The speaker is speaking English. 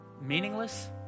meaningless